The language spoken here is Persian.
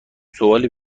سوالی